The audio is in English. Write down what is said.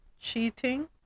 cheating